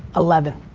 eleven.